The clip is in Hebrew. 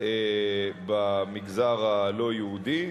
במגזר הלא-יהודי,